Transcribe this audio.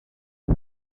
هیچ